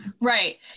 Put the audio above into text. right